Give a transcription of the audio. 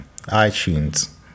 iTunes